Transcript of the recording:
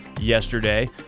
Yesterday